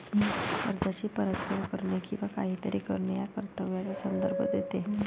कर्जाची परतफेड करणे किंवा काहीतरी करणे या कर्तव्याचा संदर्भ देते